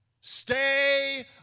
Stay